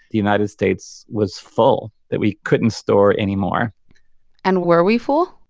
the united states was full that we couldn't store any more and were we full?